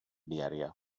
viària